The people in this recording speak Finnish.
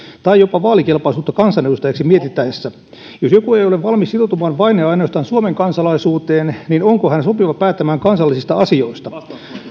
tai jopa vaalikelpoisuutta kansanedustajaksi mietittäessä jos joku ei ole valmis sitoutumaan vain ja ainoastaan suomen kansalaisuuteen niin onko hän sopiva päättämään kansallisista asioista